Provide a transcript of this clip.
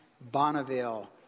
Bonneville